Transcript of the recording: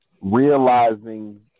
realizing